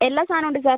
എല്ലാ സാധനവും ഉണ്ട് സാർ